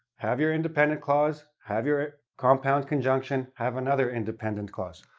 have your independent clause, have your compound conjunction, have another independent clause.